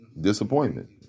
disappointment